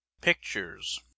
pictures